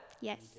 yes